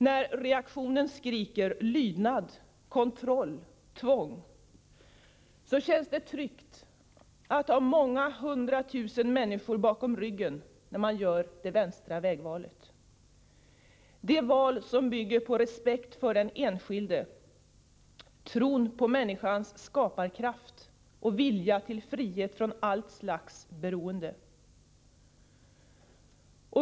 När reaktionen skriker lydnad, kontroll, tvång, känns det tryggt att ha många hundratusen människor bakom ryggen när man gör det vänstra vägvalet, det val som bygger på respekt för den enskilde, tro på människans skaparkraft och vilja till frihet från allt slags beroende.